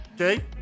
Okay